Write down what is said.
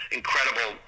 incredible